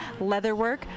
leatherwork